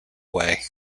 way